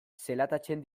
zelatatzen